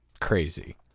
crazy